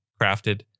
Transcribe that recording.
crafted